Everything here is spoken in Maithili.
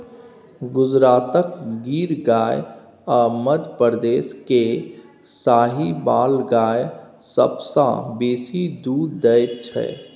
गुजरातक गिर गाय आ मध्यप्रदेश केर साहिबाल गाय सबसँ बेसी दुध दैत छै